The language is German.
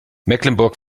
mecklenburg